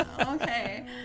Okay